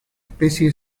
especie